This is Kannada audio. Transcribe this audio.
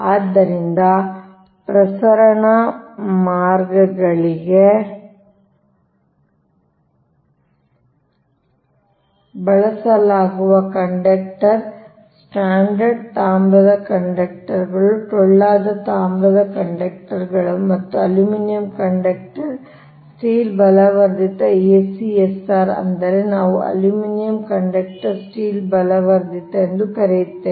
ಆದ್ದರಿಂದ ಪ್ರಸರಣ ಮಾರ್ಗಗಳಿಗೆ ಬಳಸಲಾಗುವ ಕಂಡಕ್ಟರ್ ಸ್ಟ್ರಾಂಡೆಡ್ ತಾಮ್ರದ ಕಂಡಕ್ಟರ್ಗಳು ಟೊಳ್ಳಾದ ತಾಮ್ರದ ಕಂಡಕ್ಟರ್ಗಳು ಮತ್ತು ಅಲ್ಯೂಮಿನಿಯಂ ಕಂಡಕ್ಟರ್ ಸ್ಟೀಲ್ ಬಲವರ್ಧಿತ ACSR ಅಂದರೆ ನಾವು ಅಲ್ಯೂಮಿನಿಯಂ ಕಂಡಕ್ಟರ್ ಸ್ಟೀಲ್ ಬಲವರ್ಧಿತ ಎಂದು ಕರೆಯುತ್ತೇವೆ